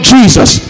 Jesus